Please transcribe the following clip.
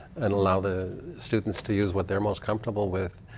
and allow the students to use what they're most comfortable with,